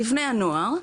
לבני הנוער,